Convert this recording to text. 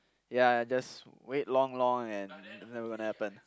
ya just wait long long and never gonna happen